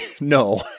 no